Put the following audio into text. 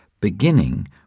beginning